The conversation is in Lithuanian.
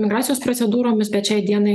migracijos procedūromis bet šiai dienai